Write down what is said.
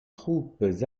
troupes